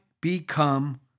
become